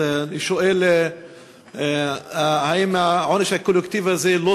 אז אני שואל האם העונש הקולקטיבי הזה לא